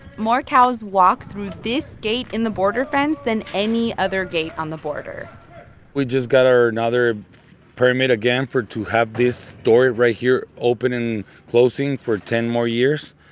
more cows walk through this gate in the border fence than any other gate on the border we just got ah another permit again for to have this door right here open and closing for ten more years.